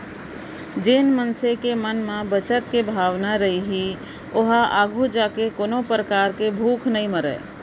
जेन मनसे के म बचत के भावना रइही ओहा आघू जाके कोनो परकार ले भूख नइ मरय